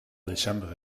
december